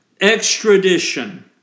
Extradition